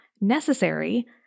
necessary